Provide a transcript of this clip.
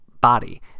body